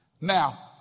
Now